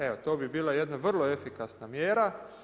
Evo to bi bila jedna vrlo efikasna mjera.